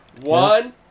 One